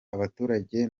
abaturage